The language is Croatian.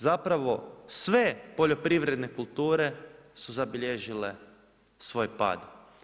Zapravo sve poljoprivredne kulture su zabilježile svoj pad.